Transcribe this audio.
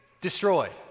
destroyed